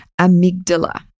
amygdala